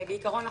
בעיקרון,